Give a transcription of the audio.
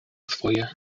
swoje